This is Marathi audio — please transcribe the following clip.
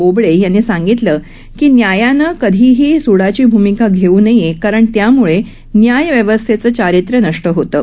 बोबडे यांनी सांगितलं की न्यायानं कधीही सूडाची भूमिका घेऊ नये कारण त्यामुळे न्यायव्यस्थेचं चारित्र्य नष्ट होतं